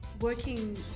working